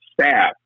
staff